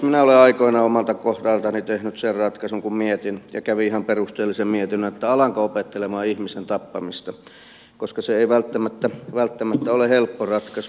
minä olen aikoinaan omalta kohdaltani tehnyt sen ratkaisun kun mietin ja kävin ihan perusteellisen mietinnän alanko opettelemaan ihmisen tappamista ja se ei välttämättä ole helppo ratkaisu